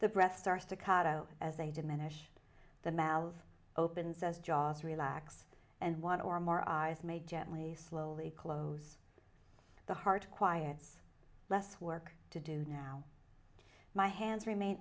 out as they did manish the mouth open says joss relax and one or more eyes may gently slowly close the heart quiets less work to do now my hands remain